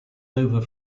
over